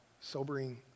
sobering